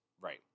Right